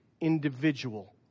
individual